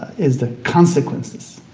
is the consequences,